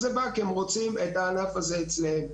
כי הם רוצים את הענף הזה אצלם.